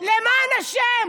למען השם?